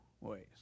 ways